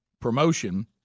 promotion